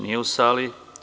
Nije u sali.